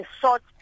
short